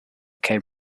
came